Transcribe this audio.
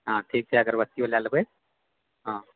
हँ ठीक छै अगरबत्तियो लए लेबै हँ